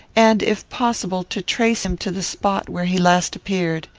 and, if possible, to trace him to the spot where he last appeared.